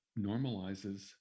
normalizes